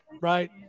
right